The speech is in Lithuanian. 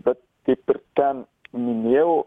bet kaip ir ten minėjau